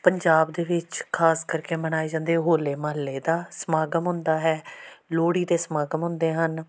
ਪੰਜਾਬ ਦੇ ਵਿੱਚ ਖ਼ਾਸ ਕਰਕੇ ਮਨਾਏ ਜਾਂਦੇ ਹੋਲੇ ਮਹੱਲੇ ਦਾ ਸਮਾਗਮ ਹੁੰਦਾ ਹੈ ਲੋਹੜੀ ਦੇ ਸਮਾਗਮ ਹੁੰਦੇ ਹਨ